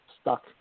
stuck